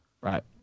Right